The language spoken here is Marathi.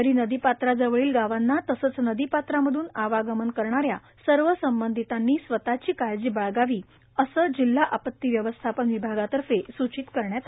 तरी नदीपात्राजवळील गावांना तसेच नदीपात्रामधुन आवा गमन करणा या सर्व संबंधीतांनी स्वतःची काळजी बाळगावी असे जिल्हा आपती व्यवस्थापन विभाग तर्फे सुचित करण्यात आहे आहे